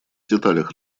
деталях